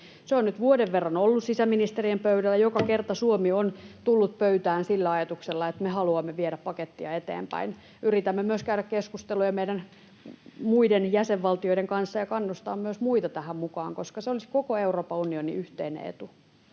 Se on nyt vuoden verran ollut sisäministerien pöydällä, ja joka kerta Suomi on tullut pöytään sillä ajatuksella, että me haluamme viedä pakettia eteenpäin. Yritämme myös käydä keskusteluja muiden jäsenvaltioiden kanssa ja kannustaa myös muita tähän mukaan, koska se olisi koko Euroopan unionin yhteinen etu.